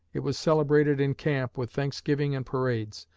it was celebrated in camp with thanksgiving and parades,